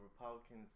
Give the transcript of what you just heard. Republicans